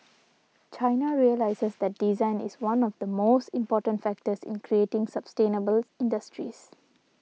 China realises that design is one of the most important factors in creating sustainable industries